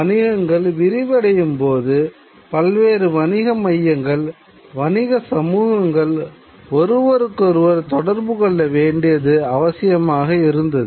வணிகங்கள் விரிவடையும் போது பல்வேறு வணிக மையங்கள் வணிக சமூகங்கள் ஒருவருக்கொருவர் தொடர்பு கொள்ள வேண்டியது அவசியமாக இருந்தது